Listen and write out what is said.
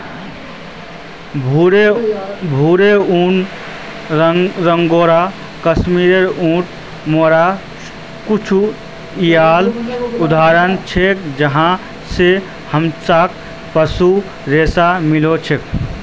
भेरेर ऊन, अंगोरा, कश्मीरी, ऊँट, मोहायर कुछू येला उदाहरण छिके जहाँ स हमसाक पशुर रेशा मिल छेक